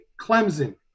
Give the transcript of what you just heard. Clemson